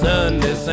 Sunday